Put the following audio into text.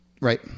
Right